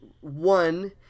one